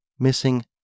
Missing